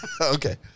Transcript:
Okay